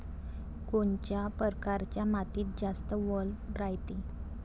कोनच्या परकारच्या मातीत जास्त वल रायते?